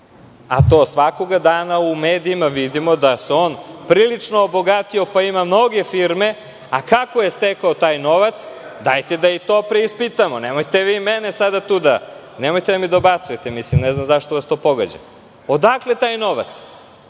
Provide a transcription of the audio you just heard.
a svakoga dana u medijima vidimo da se on prilično obogatio, pa ima mnoge firme, a kako je stekao taj novac? Dajte da i to preispitamo. Nemojte da mi dobacujete. Ne znam zašto vas to pogađa. Odakle taj novac,